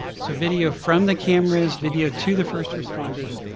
so video from the cameras, video to the first responders.